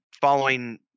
following